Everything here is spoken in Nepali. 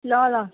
ल ल